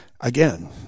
again